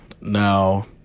Now